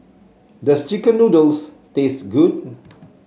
does chicken noodles taste good